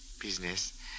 business